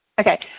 Okay